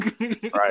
Right